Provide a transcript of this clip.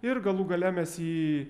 ir galų gale mes jį